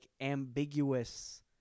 ambiguous